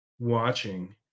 watching